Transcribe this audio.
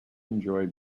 enjoy